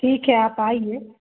ठीक है आप आइए